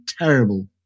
terrible